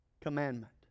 commandment